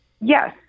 Yes